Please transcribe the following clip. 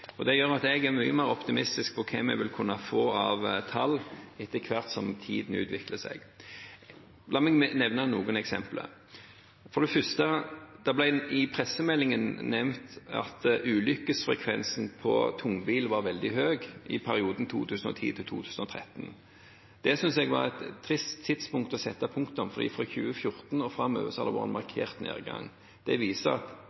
Det gjør at jeg er mye mer optimistisk med tanke på hvilke tall vi vil kunne få, etter hvert som det utvikler seg. La meg nevne noen eksempler: For det første ble det i pressemeldingen nevnt at ulykkesfrekvensen på tungbil var veldig høy i perioden 2010–2013. Det synes jeg var et trist tidspunkt å sette punktum på, for fra 2014 og framover har det vært en markert nedgang. Det viser at